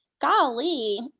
golly